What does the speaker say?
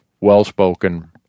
well-spoken